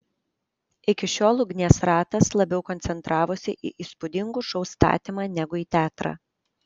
iki šiol ugnies ratas labiau koncentravosi į įspūdingų šou statymą negu į teatrą